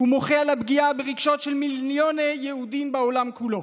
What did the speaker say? ומוחה על הפגיעה ברגשות של מיליוני יהודים בעולם כולו.